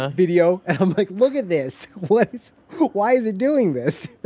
ah video. i'm like, look at this. what is why is it doing this?